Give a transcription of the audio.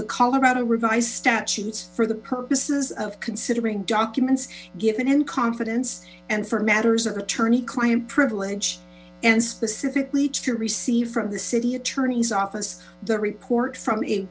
the colorado revised statutes for the purposes of considering documents given in confidence and four matters of attorney client privilege and specifically to receive from the city attorney's office the report from a